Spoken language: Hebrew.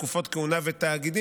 תקופות כהונה ותאגידים),